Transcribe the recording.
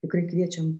tikrai kviečiam